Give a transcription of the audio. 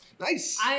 Nice